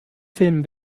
filmen